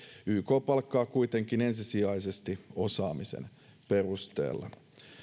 yk palkkaa kuitenkin ensisijaisesti osaamisen perusteella